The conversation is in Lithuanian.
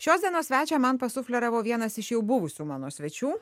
šios dienos svečią man pasufleravo vienas iš jau buvusių mano svečių